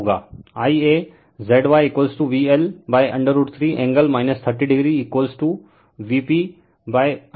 refer slide time 0132 तो इसी तरह VAN होगा Ia Z y VL√ 3 angle 30 oVp√ 3 angle 30 o